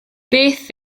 beth